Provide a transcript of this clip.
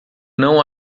não